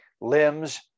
Limbs